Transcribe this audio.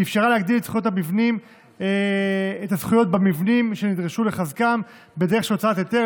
היא אפשרה להגדיל את הזכויות במבנים שנדרש לחזקם בדרך של הוצאת היתר,